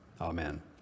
Amen